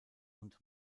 und